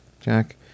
Jack